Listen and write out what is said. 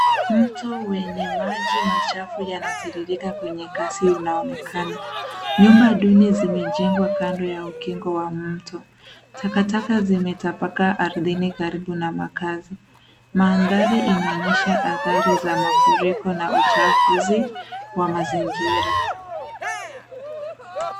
Mto wenye maji machafu yanatiririka kwenye kasi unaonekana. Nyumba duni zimejengwa kando ya ukingo wa mto. Takataka zimetapakaa ardhini karibu na makazi. Mandhari inaonyesha adhari za mafuriko na uchafuzi wa mazingira.